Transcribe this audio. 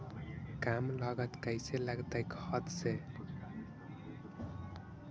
कम लागत कैसे लगतय खाद से?